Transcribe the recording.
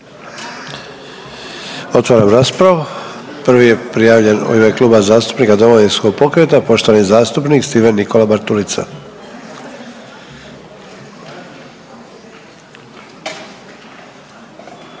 Otvaram raspravu. Prvi je prijavljen u ime Kluba zastupnika Domovinskog pokreta poštovani zastupnik Stephen Nikola Bartulica.